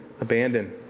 abandon